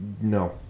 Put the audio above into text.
No